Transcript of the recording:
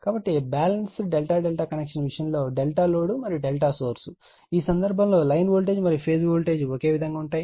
కాబట్టి balance ∆∆ connection విషయంలో ∆ load మరియు ∆ సోర్స్ ఈ సందర్భంలో లైన్ వోల్టేజ్ మరియు ఫేస్ వోల్టేజ్ ఒకే విధంగా ఉంటాయి